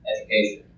education